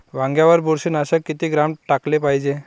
वांग्यावर बुरशी नाशक किती ग्राम टाकाले पायजे?